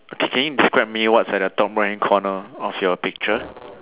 K K can you describe me what's at the top right hand corner of your picture